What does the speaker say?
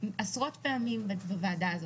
עשרות פעמים בוועדה הזאת,